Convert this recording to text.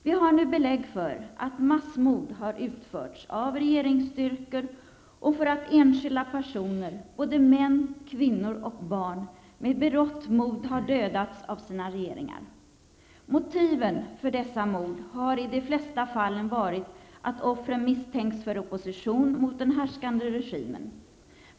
Vi har nu belägg för att massmord har utförts av regeringsstyrkor och för att enskilda personer, både män, kvinnor och barn, med berått mod har dödats av sina regeringar. Motiven för dessa mord har i de flesta fallen varit att offren misstänkts för opposition mot den härskande regimen.